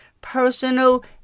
personal